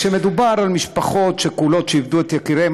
אבל כשמדובר על משפחות שכולות שאיבדו את יקיריהן,